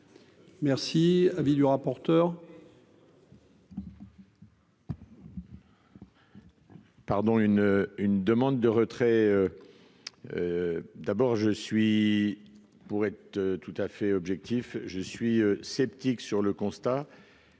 Merci, avis du rapporteur.